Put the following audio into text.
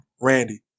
Randy